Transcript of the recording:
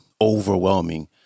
overwhelming